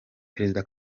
perezida